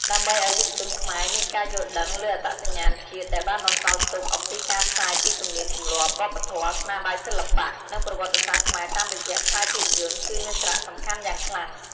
ដើម្បីឱ្យយុវជនខ្មែរមានការយល់ដឹងលើអត្តសញ្ញាណជាតិ ដែលបានបន្សល់ទុកអំពីការផ្សាយពីទំនៀមទម្លាប់ វប្បធម៌ ស្នាដៃសិល្បៈ និងប្រវត្តិសាស្ត្រខ្មែរតាមរយៈខ្សែភាពយន្ត គឺមានសារៈសំខាន់យ៉ាងខ្លាំង។